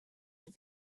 and